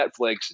Netflix